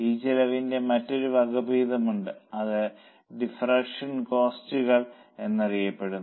ഈ ചെലവിന്റെ മറ്റൊരു വകഭേദമുണ്ട് അത് ഡിഫറൻഷ്യൽ കോസ്റ്റുകൾ എന്നറിയപ്പെടുന്നു